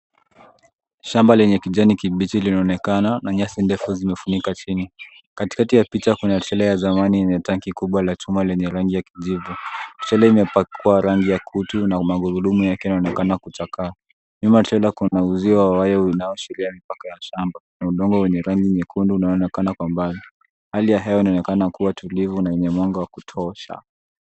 Shamba lenye kijani kibichi linaonekana na nyasi ndefu zimefunika chini. Katikati ya picha kuna trela ya zamani yenye tanki kubwa la chuma lenye rangi ya kijivu. Trela imepakiwa rangi ya kutu na magurudumu yake yanaonekana kuchakaa. Nyuma ya trela kuna uzio wa waya unaoashiria mipaka ya shamba na udongo wenye rangi nyekundu unaonekana kwa mbali. Hali ya hewa inaonekana kuwa tulivu na yenye mwanga wa kutosha.